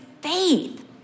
faith